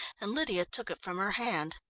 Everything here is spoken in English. and lydia took it from her hand.